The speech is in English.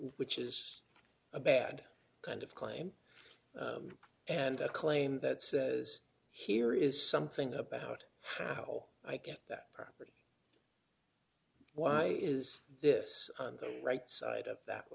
which is a bad kind of claim and a claim that says here is something about how i get that power why is this the right side of that